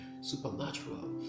supernatural